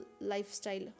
lifestyle